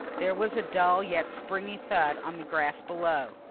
there was a dull yet springy thud on the grass below.